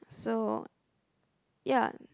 so yeah